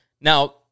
Now